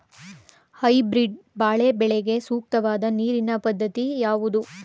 Hybrid ಬಾಳೆ ಬೆಳೆಗೆ ಸೂಕ್ತವಾದ ನೀರಿನ ಪದ್ಧತಿ ಯಾವುದು?